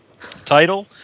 title